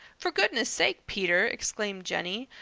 for goodness' sake, peter! exclaimed jenny,